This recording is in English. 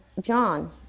John